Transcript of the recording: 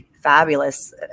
fabulous